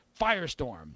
firestorm